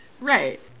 Right